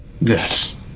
Yes